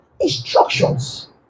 instructions